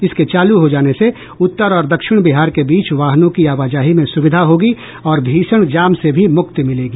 इसके चालू हो जाने से उत्तर और दक्षिण बिहार के बीच वाहनों की आवाजाही में सुविधा होगी और भीषण जाम से भी मुक्ति मिलेगी